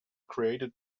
created